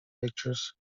pictures